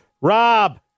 Rob